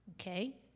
okay